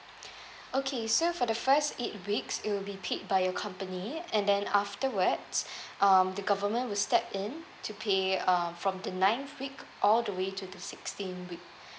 okay so for the first eight weeks it will be paid by your company and then afterwards um the government will step in to pay uh from the ninth week all the way to to sixteenth week